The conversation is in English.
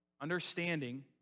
understanding